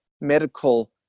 medical